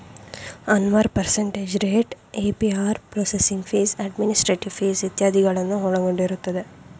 Anwar percentage rate, APR processing fees, administrative fees ಇತ್ಯಾದಿಗಳನ್ನು ಒಳಗೊಂಡಿರುತ್ತದೆ